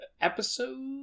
episode